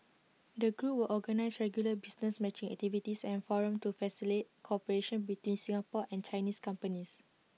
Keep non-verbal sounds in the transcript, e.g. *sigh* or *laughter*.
the group will organise regular business matching activities and forums to *unintelligible* cooperation between Singapore and Chinese companies